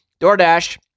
DoorDash